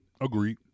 Agreed